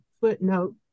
footnote